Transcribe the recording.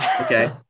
Okay